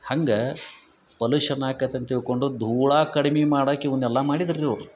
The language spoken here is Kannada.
ಹಂಗೆ ಪೊಲುಷನ್ ಆಕತ್ತೆ ಅಂತ ತಿಳ್ಕೊಂಡು ಧೂಳು ಕಡಿಮೆ ಮಾಡಕ್ಕ ಇವನ್ನೆಲ್ಲ ಮಾಡಿದ್ರು ಇವ್ರು